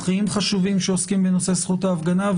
חשובים שעוסקים בנושא הזה של זכות ההפגנה,